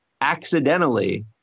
accidentally